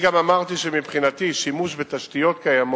אני גם אמרתי שמבחינתי שימוש בתשתיות קיימות,